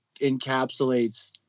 encapsulates